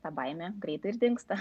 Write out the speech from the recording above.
ta baimė greitai ir dingsta